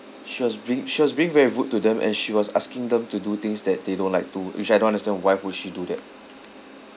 she was being she was being very rude to them and she was asking them to do things that they don't like to which I don't understand why would she do that